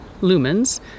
lumens